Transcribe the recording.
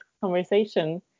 conversation